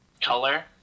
color